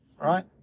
Right